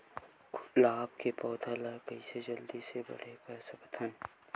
गुलाब के पौधा ल कइसे जल्दी से बड़े कर सकथन?